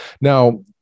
Now